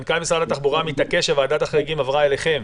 מנכ"ל משרד התחבורה מתעקש שוועדת החריגים עברה אליכם.